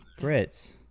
Grits